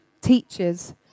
teachers